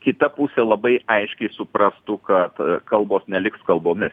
kita pusė labai aiškiai suprastų ka kalbos neliks kalbomis